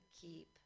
keep